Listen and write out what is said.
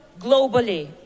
globally